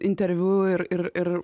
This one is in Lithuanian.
interviu ir ir